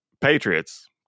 Patriots